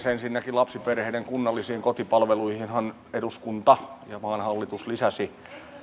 ensinnäkin lapsiperheiden kunnallisiin kotipalveluihinhan eduskunta ja maan hallitus lisäsi